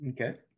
Okay